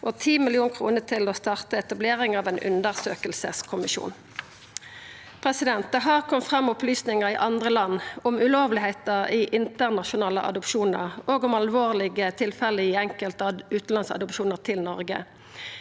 og 10 mill. kr til å starta etablering av ein undersøkingskommisjon. Det har kome fram opplysningar i andre land om ulovlegheiter i internasjonale adopsjonar og om alvorlege tilfelle i enkelte utanlandsadopsjonar til Noreg.